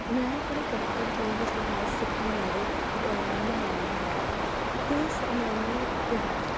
ਮੈਂ ਆਪਣੇ ਬਚਪਨ ਤੋਂ ਹੀ ਇਤਿਹਾਸ ਸਿੱਖਣ ਬਾਰੇ ਆਨੰਦ ਮਾਣਿਆ ਹੈ ਅਤੇ ਸ ਮੈਨੂੰ ਇਤਿਹਾਸਕ